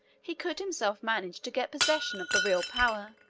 he could himself manage to get possession of the real power.